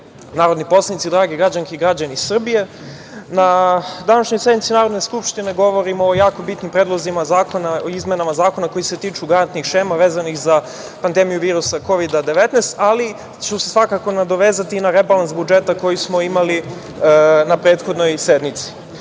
narodni poslanici, drage građanke i građani Srbije, na današnjoj sednici Narodne skupštine govorim o jako bitnim predlozima zakona i izmenama zakona koji se tiču garantnih šema vezanih za pandemiju virusa Kovida - 19, ali ću se svakako nadovezati na rebalans budžeta koji smo imali na prethodnoj sednici. Rebalans